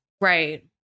right